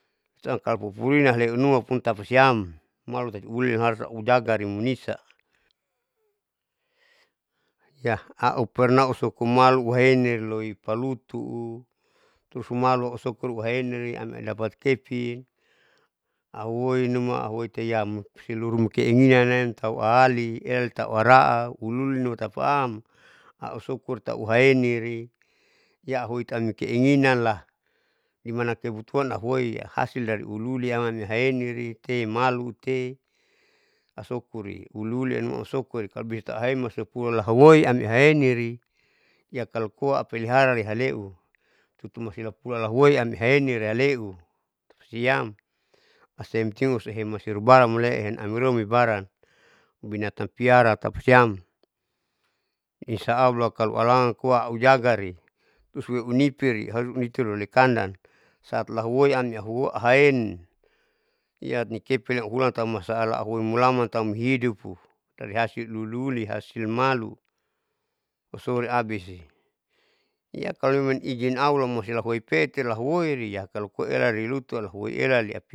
Siam kalo pupurina leunuapun tapasiam malu tati uelin harus aujagari munisa, ya aupernah usuku malu uaheni loipalutu'u tusumalu ausukuru auenili amdapat keping ahuoinuma ahuoiteyam seluru keinginannan tauahali eltau ara'a uliuli numa tapaam ausukur tauhaeiniri yaahoittau keinginanlah dimana kebutuhan ahuoi hasil dari uliuliam haenirite, malute asukuri. uliuli anuma usukuri kalo bisa taahem asupulaahuoiam iyaheniri iya kalo koa apelihara lehaleu tutumasina pula lahuoi amhiareni yealeu tapasiam asapenting osehem oserubaran mule'e henamilua ibaran binatang piara tapasiam insah allah kalo alangann koa au jagari, rusue unipiri haruniturile kandan saat lahuoian ahuoi ahaein yanikepinnan uhulantau masaalah ahuoi mulamantam hiduppu dari hasil uliuli hasil malu usole abissi iya kalo memang izin aulamoisia lahuoisiapeti lahuoiria kalo koieralilutu alahuoielaliap.